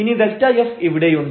ഇനി Δf ഇവിടെയുണ്ട്